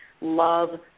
Love